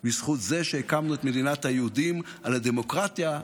בזכות זה שהקמנו את מדינת היהודים על הדמוקרטיה,